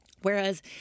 Whereas